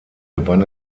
gewann